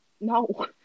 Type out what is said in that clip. no